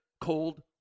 Cold